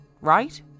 Right